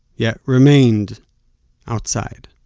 yet remained outside